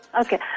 Okay